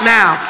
now